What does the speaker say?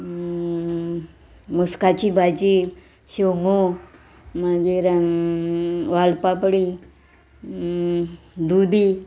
मोसकाची भाजी शेंगो मागीर वालपापडी दुदी